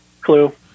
Clue